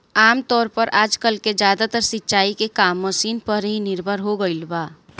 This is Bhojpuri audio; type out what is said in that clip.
आमतौर पर आजकल के ज्यादातर सिंचाई के काम मशीन पर ही निर्भर हो गईल बा